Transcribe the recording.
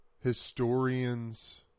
historians